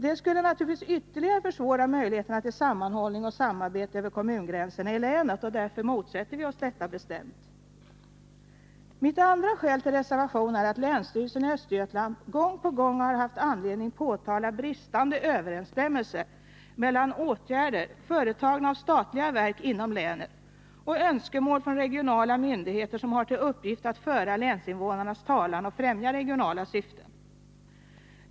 Det skulle naturligtvis ytterligare försvåra möjligheterna till sammanhållning och samarbete över kommungränserna i länet, och därför motsätter vi oss det bestämt. Mitt andra skäl till reservation är att länsstyrelsen i Östergötland gång på gång har haft anledning påtala bristande överensstämmelse mellan åtgärder företagna av statliga verk inom länet och önskemål från regionala myndigheter som har till uppgift att föra länsinvånarnas talan och främja regionala syften.